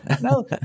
no